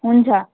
हुन्छ